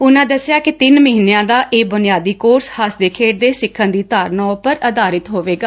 ਉਨੂਾ ਦੱਸਿਆ ਕਿ ਤੈਨ ਮਹੀਨਿਆਂ ਦਾ ਇਹ ਬੁਨਿਆਦੀ ਕੋਰਸ ਹੱਸਦੇ ਖੇਡਦੇ ਸਿੱਖਣ ਦੀ ਧਾਰਨਾ ਉਂਪਰ ਅਧਾਰਿਤ ਹੋਵੇਗਾ